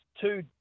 two